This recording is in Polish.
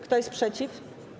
Kto jest przeciw?